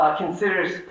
considers